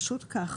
פשוט כך.